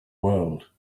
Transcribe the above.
world